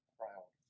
proud